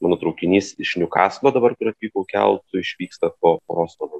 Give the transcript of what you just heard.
mano traukinys iš niukaslo dabar kur atvykau keltu išvyksta po poros valandų